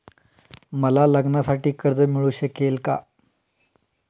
मला लग्नासाठी कर्ज मिळू शकेल का?